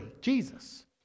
Jesus